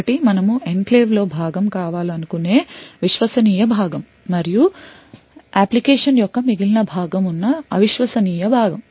ఒకటి మనము ఎన్క్లేవ్లో భాగం కావాలనుకునే విశ్వసనీయ భాగం మరియు అప్లికేషన్ యొక్క మిగిలిన భాగం ఉన్న అవిశ్వసనీయ భాగం